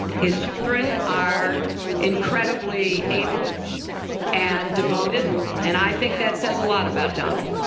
his children are incredibly able and devoted and i think that says a lot about donald.